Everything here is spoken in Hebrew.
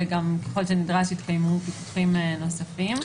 וגם ככל שנדרש יתקיימו פיקוחים נוספים.